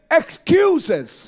excuses